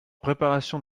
préparation